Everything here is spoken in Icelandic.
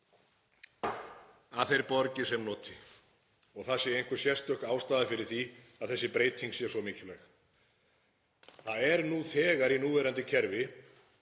að þeir borgi sem noti, að það sé einhver sérstök ástæða fyrir því að þessi breyting sé svo mikilvæg. Það er nú þegar í núverandi kerfi,